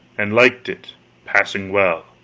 and liked it passing well.